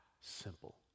simple